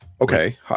okay